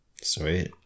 Sweet